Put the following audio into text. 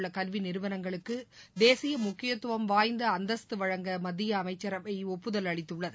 உள்ளகல்விநிறுவனங்களுக்குதேசியமுக்கியத்துவம் வாய்ந்தஅந்தஸ்து வழங்க மத்தியஅமைச்சரவைஒப்புதல் அளித்துள்ளது